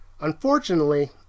Unfortunately